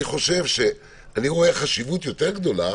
אני רואה חשיבות יותר גדולה